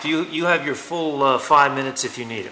you you have your full of five minutes if you need